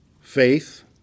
faith